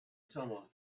tunnel